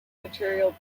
material